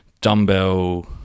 dumbbell